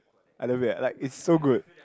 I love it ah like it's so good